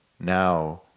now